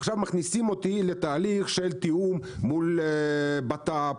עכשיו מכניסים אותי לתהליך של תיאום מול בט"פ,